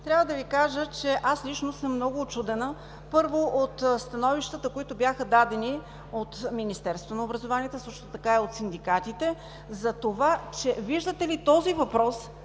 трябва да Ви кажа, че аз лично съм много учудена, първо, от становищата, които бяха дадени от Министерството на образованието и от синдикатите, затова, че виждате ли, този въпрос